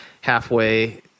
halfway